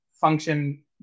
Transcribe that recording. function